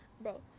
bro